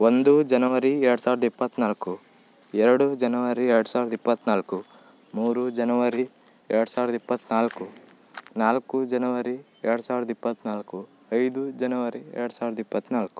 ಒಂದು ಜನವರಿ ಎರಡು ಸಾವಿರದ ಇಪ್ಪತ್ತ್ನಾಲ್ಕು ಎರಡು ಜನವರಿ ಎರಡು ಸಾವಿರದ ಇಪ್ಪತ್ತ್ನಾಲ್ಕು ಮೂರು ಜನವರಿ ಎರಡು ಸಾವಿರದ ಇಪ್ಪತ್ತ್ನಾಲ್ಕು ನಾಲ್ಕು ಜನವರಿ ಎರಡು ಸಾವಿರದ ಇಪ್ಪತ್ತ್ನಾಲ್ಕು ಐದು ಜನವರಿ ಎರಡು ಸಾವಿರದ ಇಪ್ಪತ್ತ್ನಾಲ್ಕು